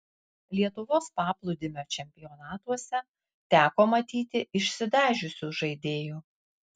lietuvos paplūdimio čempionatuose teko matyti išsidažiusių žaidėjų